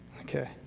Okay